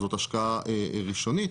זו השקעה ראשונית.